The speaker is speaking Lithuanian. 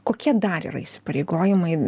kokie dar yra įsipareigojimai